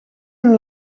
een